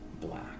black